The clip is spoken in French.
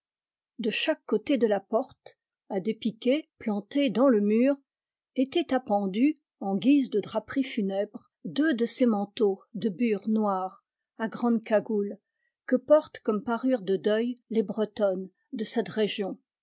de chaque côté de la porte à des piquets plantés dans le mur étaient appendus en guise de draperie funèbre deux de ces manteaux de bure noire à grandes cagoules que portent comme parure de deuil les bretonnes de cette région